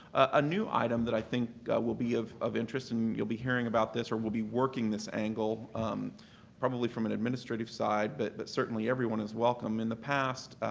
a new item that i think will be of of interest and you'll be hearing about this or will be working this angle probably from an administrative side, but certainly everyone is welcome, in the past,